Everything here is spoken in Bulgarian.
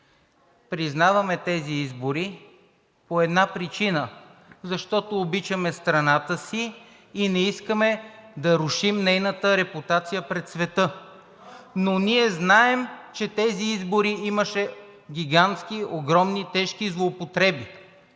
признаваме тези избори по една причина – защото обичаме страната си и не искаме да рушим нейната репутация пред света, но ние знаем, че на тези избори имаше гигантски, огромни и тежки злоупотреби.